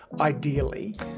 Ideally